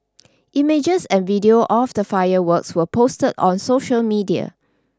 images and video of the fireworks were posted on social media